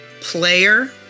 player